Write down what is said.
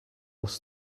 was